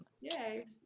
yay